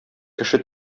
кеше